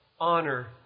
honor